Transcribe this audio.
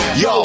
yo